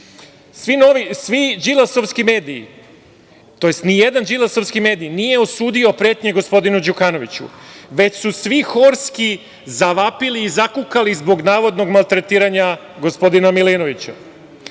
Đilasovski mediji tj. nijedan Đilasovski medij nije osudio pretnje gospodinu Đukanoviću, već su svi horski zavapili i zakukali zbog navodnog maltretiranja gospodina Milinovića.